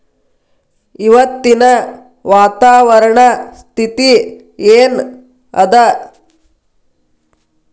ಇವತ್ತಿನ ವಾತಾವರಣ ಸ್ಥಿತಿ ಏನ್ ಅದ?